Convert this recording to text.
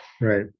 Right